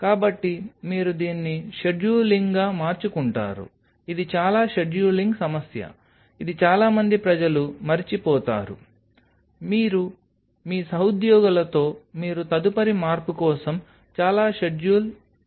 కాబట్టి మీరు దీన్ని షెడ్యూలింగ్గా మార్చుకుంటారు ఇది చాలా షెడ్యూలింగ్ సమస్య ఇది చాలా మంది ప్రజలు మరచిపోతారు మీరు మీ సహోద్యోగులతో మీరు తదుపరి మార్పు కోసం చాలా షెడ్యూల్ చేయాల్సి ఉంటుంది